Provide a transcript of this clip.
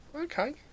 Okay